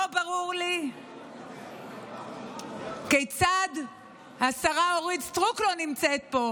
לא ברור לי כיצד השרה אורית סטרוק לא נמצאת פה.